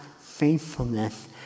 faithfulness